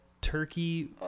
turkey